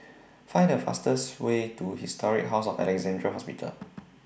Find The fastest Way to Historic House of Alexandra Hospital